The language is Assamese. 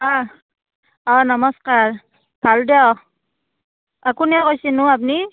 অঁ অঁ নমস্কাৰ ভাল দিয়ক অঁ কোনে কৈছেনো আপুনি